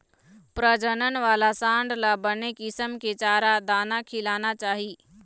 प्रजनन वाला सांड ल बने किसम के चारा, दाना खिलाना चाही